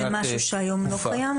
זה משהו שהיום לא קיים?